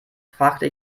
fragte